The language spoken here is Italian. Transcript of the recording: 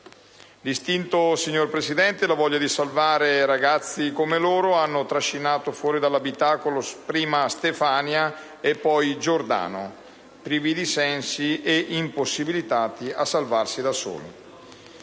disegno divino. L'istinto, la voglia di salvare ragazzi come loro: hanno trascinato fuori dall'abitacolo prima Stefania e poi Giordano, privi di sensi ed impossibilitati a salvarsi da soli.